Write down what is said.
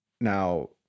Now